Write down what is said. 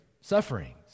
sufferings